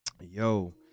yo